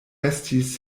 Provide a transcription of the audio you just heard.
estis